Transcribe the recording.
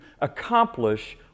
accomplish